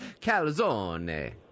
Calzone